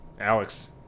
Alex